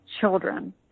children